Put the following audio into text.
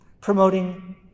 promoting